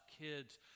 kids